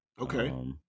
Okay